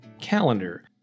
calendar